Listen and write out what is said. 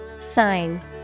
Sign